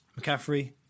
McCaffrey